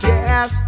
Yes